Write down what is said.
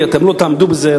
אתם לא תעמדו בזה.